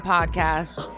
Podcast